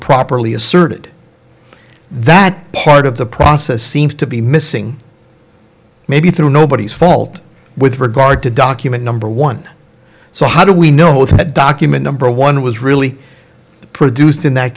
properly asserted that part of the process seems to be missing maybe through nobody's fault with regard to document number one so how do we know that that document number one was really produced in that